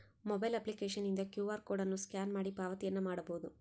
mobile ಅಪ್ಲಿಕೇಶನ್ನಿಂದ Q R code ಅನ್ನು scan ಮಾಡಿ ಪಾವತಿಯನ್ನ ಮಾಡಬೊದು